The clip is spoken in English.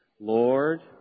Lord